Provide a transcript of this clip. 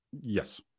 Yes